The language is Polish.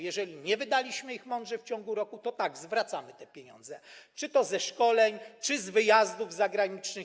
Jeżeli nie wydaliśmy ich mądrze w ciągu roku, to tak, zwracamy te pieniądze, czy to ze szkoleń, czy z wyjazdów zagranicznych.